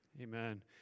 Amen